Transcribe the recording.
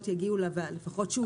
שהתקנות יגיעו שוב,